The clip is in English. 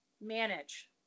manage